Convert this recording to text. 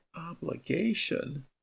obligation